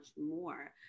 more